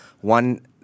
One